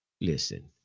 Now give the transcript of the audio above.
Listen